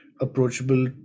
approachable